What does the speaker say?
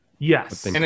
Yes